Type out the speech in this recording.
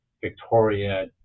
victoria